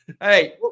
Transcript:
Hey